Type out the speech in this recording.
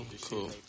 Cool